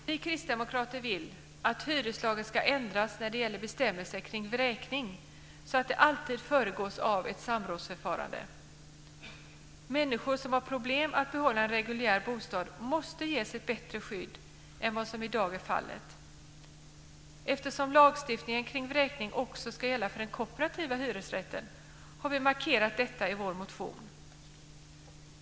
Vi kristdemokrater vill att hyreslagen ska ändras när det gäller bestämmelserna kring vräkning så att en sådan alltid föregås av ett samrådsförfarande. Människor som har problem att behålla en reguljär bostad måste ges ett bättre skydd än vad som i dag är fallet. Eftersom lagstiftningen kring vräkning också ska gälla för den kooperativa hyresrätten har vi markerat detta i vår motion.